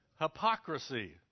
Hypocrisy